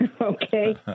Okay